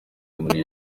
muri